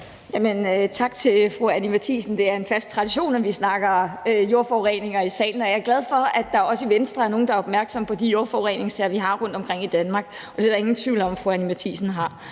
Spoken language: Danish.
Tak til fru Anni Matthiesen. Det er en fast tradition, at vi snakker jordforureninger i salen, og jeg er glad for, at der også i Venstre er nogle, der er opmærksomme på de jordforureningssager, vi har rundtomkring i Danmark, og det er der ingen tvivl om at fru Anni Matthiesen er.